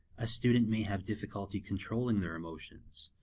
a student may have difficulty controlling their emotions,